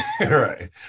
right